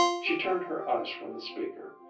she turned her eyes from the speaker.